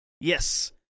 Yes